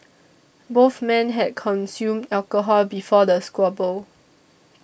both men had consumed alcohol before the squabble